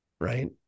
right